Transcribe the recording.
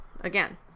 again